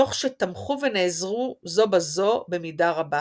תוך שתמכו ונעזרו זו בזו במידה רבה.